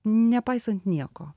nepaisant nieko